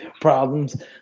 problems